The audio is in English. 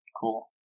Cool